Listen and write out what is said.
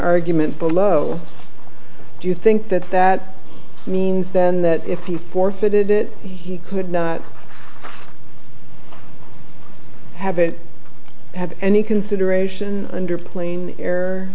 argument below do you think that that means then that if he forfeited it he could not have it had any consideration under plein air